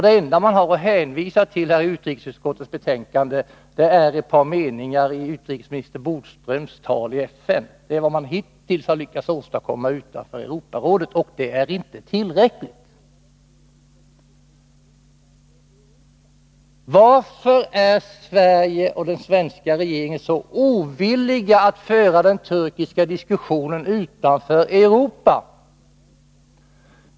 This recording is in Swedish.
Det enda man hänvisar till i utrikesutskottets betänkande är ett par meningar i utrikesminister Bodströms tal i FN. Det är vad man hittills har lyckats åstadkomma utanför Europarådet, och det är inte tillräckligt. Varför är Sverige och den svenska regeringen så ovilliga att föra den turkiska diskussionen utanför Europa?